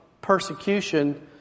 persecution